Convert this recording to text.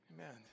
Amen